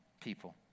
people